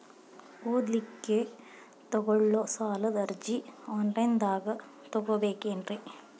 ಓದಲಿಕ್ಕೆ ತಗೊಳ್ಳೋ ಸಾಲದ ಅರ್ಜಿ ಆನ್ಲೈನ್ದಾಗ ತಗೊಬೇಕೇನ್ರಿ?